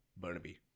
Burnaby